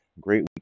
great